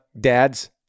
dads